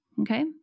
Okay